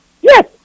Yes